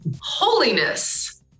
holiness